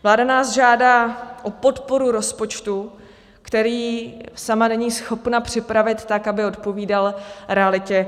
Vláda nás žádá o podporu rozpočtu, který sama není schopna připravit tak, aby odpovídal realitě.